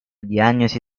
diagnosi